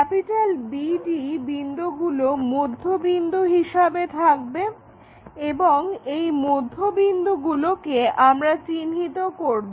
BD বিন্দুগুলো মধ্যবিন্দু হিসাবে থাকবে এবং এই মধ্যবিন্দুগুলোকে আমরা চিহ্নিত করব